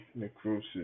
necrosis